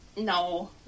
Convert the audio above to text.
no